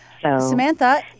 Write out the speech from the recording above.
Samantha